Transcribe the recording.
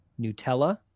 Nutella